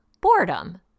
boredom